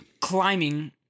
climbing